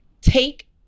take